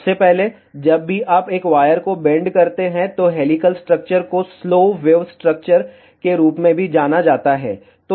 सबसे पहले जब भी आप एक वायर को बेंड करते हैं तो हेलिकल स्ट्रक्चर को स्लो वेव स्ट्रक्चर के रूप में भी जाना जाता है